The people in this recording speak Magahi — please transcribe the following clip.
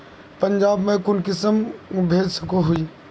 पंजाब में कुंसम भेज सकोही?